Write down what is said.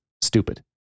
Stupid